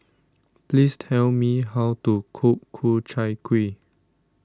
please tell me how to cook Ku Chai Kuih